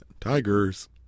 Tigers